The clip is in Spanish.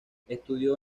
estudió